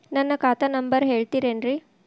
ನನ್ನ ಖಾತಾ ನಂಬರ್ ಹೇಳ್ತಿರೇನ್ರಿ?